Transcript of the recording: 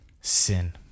sin